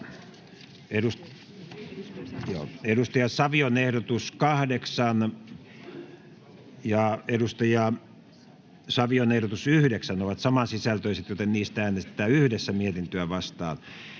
Timo Heinosen ehdotus 13 ja Sami Savion ehdotus 14 ovat saman sisältöisiä, joten niistä äänestetään yhdessä mietintöä vastaan.